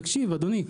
אדוני,